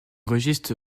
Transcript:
registre